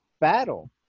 battle